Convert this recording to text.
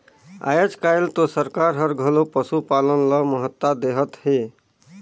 आयज कायल तो सरकार हर घलो पसुपालन ल महत्ता देहत हे